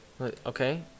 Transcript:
Okay